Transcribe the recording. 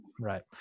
Right